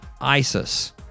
ISIS